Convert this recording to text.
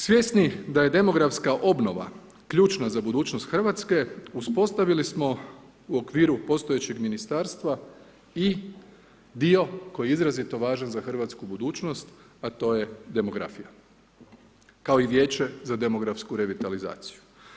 Svjesni da je demografska obnova ključna za budućnost Hrvatske uspostavili smo u okviru postojećeg ministarstva i dio koji je izrazito važan za hrvatsku budućnost a to je demografija kao i vijeće za demografsku revitalizaciju.